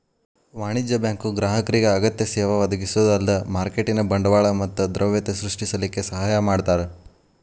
ವಾಣಿಜ್ಯ ಬ್ಯಾಂಕು ಗ್ರಾಹಕರಿಗೆ ಅಗತ್ಯ ಸೇವಾ ಒದಗಿಸೊದ ಅಲ್ದ ಮಾರ್ಕೆಟಿನ್ ಬಂಡವಾಳ ಮತ್ತ ದ್ರವ್ಯತೆ ಸೃಷ್ಟಿಸಲಿಕ್ಕೆ ಸಹಾಯ ಮಾಡ್ತಾರ